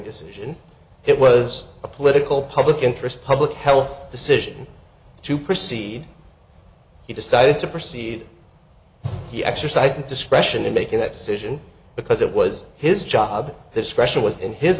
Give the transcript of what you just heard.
decision it was a political public interest public health decision to proceed he decided to proceed he exercised her discretion in making that decision because it was his job this question was in his